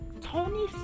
Tony